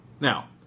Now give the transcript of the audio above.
Now